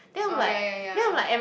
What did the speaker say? orh ya ya ya